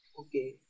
Okay